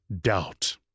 doubt